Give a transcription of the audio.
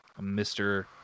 mr